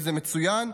וזה מצוין,